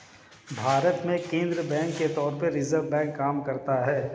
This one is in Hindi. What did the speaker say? भारत में केंद्रीय बैंक के तौर पर रिज़र्व बैंक काम करता है